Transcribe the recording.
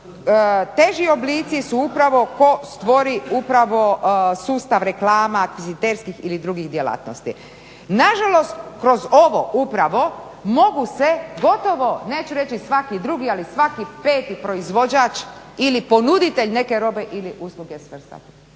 teži oblici su upravo tko stvori upravo sustav reklama akviziterskih ili drugih djelatnosti. Na žalost, kroz ovo upravo mogu se gotovo, neću reći svaki drugi, ali svaki peti proizvođač ili ponuditelj neke robe ili usluge svrstati.